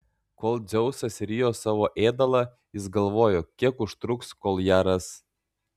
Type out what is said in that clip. kol dzeusas rijo savo ėdalą jis galvojo kiek užtruks kol ją ras